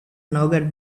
nougat